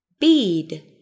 bead